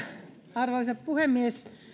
arvoisa puhemies